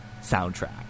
soundtrack